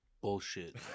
bullshit